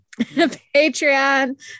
Patreon